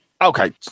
Okay